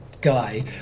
guy